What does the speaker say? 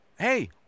Hey